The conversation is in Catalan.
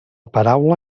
paraula